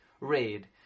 Raid